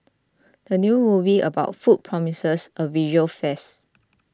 the new movie about food promises a visual feast